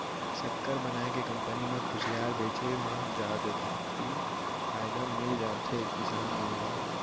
सक्कर बनाए के कंपनी म खुसियार बेचे म जादति फायदा मिल जाथे किसान मन ल